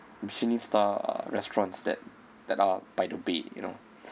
michelin star restaurants that that are by the bay you know